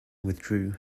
withdrew